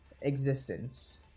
existence